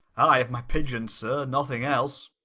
ay, of my pigeons, sir nothing else.